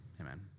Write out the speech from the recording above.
Amen